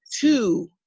Two